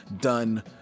done